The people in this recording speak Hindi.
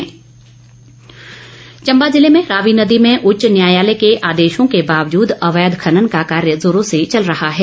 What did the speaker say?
अवैध खनन चंबा जिले में रावी नदी में उच्च न्यायालय के आदेशों के बावजूद अवैध खनन का कार्य जोरों से चल रहा है